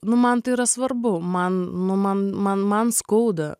nu man tai yra svarbu man nu man man man skauda